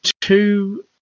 two